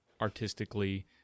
artistically